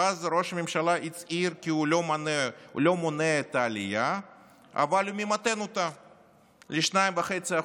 ואז ראש הממשלה הצהיר כי הוא לא מונע את העלייה אבל ממתן אותה ל-2.5%.